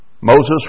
Moses